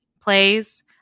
plays